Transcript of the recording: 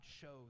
shows